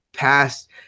past